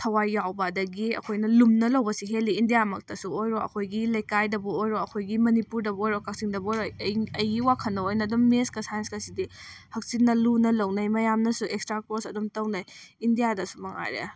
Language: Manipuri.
ꯊꯋꯥꯏ ꯌꯥꯎꯕ ꯑꯗꯒꯤ ꯑꯩꯈꯣꯏꯅ ꯂꯨꯝꯅ ꯂꯧꯕꯁꯤ ꯍꯦꯜꯂꯤ ꯏꯟꯗꯤꯌꯥꯃꯛꯇꯁꯨ ꯑꯣꯏꯔꯣ ꯑꯩꯈꯣꯏꯒꯤ ꯂꯩꯀꯥꯏꯗꯕꯨ ꯑꯣꯏꯔꯣ ꯑꯩꯈꯣꯏꯒꯤ ꯃꯅꯤꯄꯨꯔꯗꯕꯨ ꯑꯣꯏꯔꯣ ꯀꯛꯆꯤꯡꯗꯕꯨ ꯑꯣꯏꯔꯣ ꯑꯩꯒꯤ ꯋꯥꯈꯜꯗ ꯑꯣꯏꯅ ꯑꯗꯨꯝ ꯃꯦꯠꯁꯀꯥ ꯁꯥꯏꯟꯁꯀꯁꯤꯗꯤ ꯍꯛꯆꯤꯟꯅ ꯂꯨꯅ ꯂꯧꯅꯩ ꯃꯌꯥꯝꯅꯁꯨ ꯑꯦꯛꯁꯇ꯭ꯔꯥ ꯀꯣꯔꯁ ꯑꯗꯨꯝ ꯇꯧꯅꯩ ꯏꯟꯗꯤꯌꯥꯗꯁꯨ ꯃꯉꯥꯏꯔꯦ